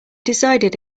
decided